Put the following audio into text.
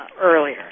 earlier